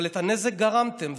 אבל את הנזק גרמתם.